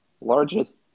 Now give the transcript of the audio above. largest